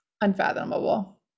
unfathomable